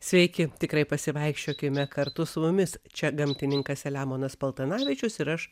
sveiki tikrai pasivaikščiokime kartu su mumis čia gamtininkas selemonas paltanavičius ir aš